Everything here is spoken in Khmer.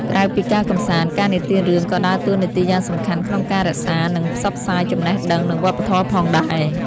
ក្រៅពីការកម្សាន្ត ការនិទានរឿងក៏ដើរតួនាទីយ៉ាងសំខាន់ក្នុងការ រក្សា និងផ្សព្វផ្សាយចំណេះដឹង និងវប្បធម៌ផងដែរ។